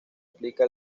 aplica